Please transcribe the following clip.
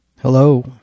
Hello